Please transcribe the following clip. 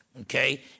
okay